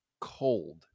cold